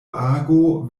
ago